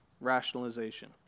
rationalization